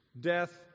Death